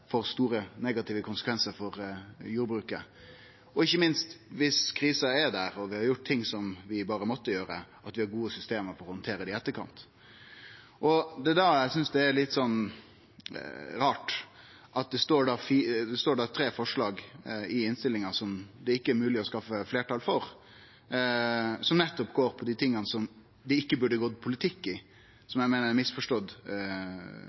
store negative konsekvensar for jordbruket og ikkje minst, viss krisa oppstår og vi har gjort noko vi berre måtte gjere, at vi har gode system for å handtere det i etterkant. Det er da eg synest det er litt rart at det ikkje er mogleg å skaffe fleirtal for dei tre mindretalsforslaga i innstillinga, som nettopp handlar om det som det ikkje burde gå politikk i, noko som